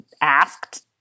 asked